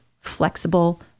flexible